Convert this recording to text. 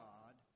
God